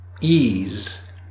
ease